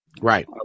Right